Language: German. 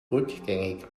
rückgängig